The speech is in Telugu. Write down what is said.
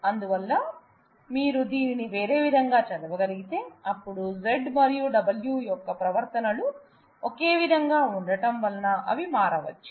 అందువల్ల మీరు దీనిని వేరే విధంగా చదవగలిగితే అప్పుడు Z మరియు W యొక్క ప్రవర్తన లు ఒకేవిధంగా ఉండటం వల్ల అవి మారవచ్చు